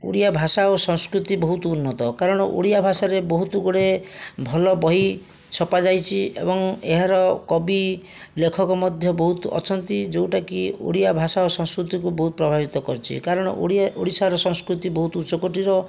ଓଡ଼ିଆ ଭାଷା ଓ ସଂସ୍କୃତି ବହୁତ ଉନ୍ନତ କାରଣ ଓଡ଼ିଆ ଭାଷାରେ ବହୁତଗୁଡ଼ିଏ ଭଲ ବହି ଛପାଯାଇଛି ଏବଂ ଏହାର କବି ଲେଖକ ମଧ୍ୟ ବହୁତ ଅଛନ୍ତି ଯେଉଁଟା କି ଓଡ଼ିଆ ଭାଷା ଓ ସଂସ୍କୃତି କୁ ବହୁତ ପ୍ରଭାବିତ କରିଛି କାରଣ ଓଡ଼ିଆ ଓଡ଼ିଶାର ସଂସ୍କୃତି ବହୁତ ଉଚ୍ଚକୋଟିର